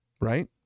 Right